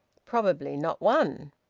probably not one.